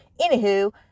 Anywho